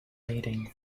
leading